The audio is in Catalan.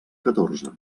catorze